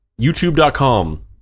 youtube.com